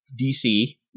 DC